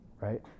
right